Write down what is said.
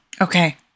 Okay